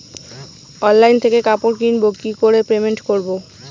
Online থেকে কাপড় কিনবো কি করে পেমেন্ট করবো?